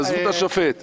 תעזבו את השופט.